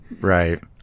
Right